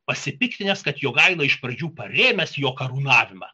pasipiktinęs kad jogaila iš pradžių parėmęs jo karūnavimą